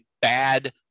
bad